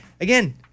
again